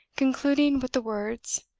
concluding with the words,